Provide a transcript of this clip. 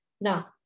Now